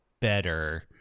better